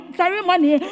ceremony